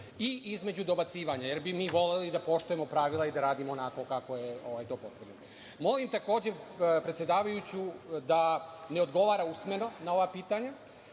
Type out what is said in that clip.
i između dobacivanja, jer bi mi voleli da poštujemo pravila i da radimo onako kako je to potrebno. Molim, takođe predsedavajuću da ne odgovara usmeno, na ova pitanja,